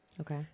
Okay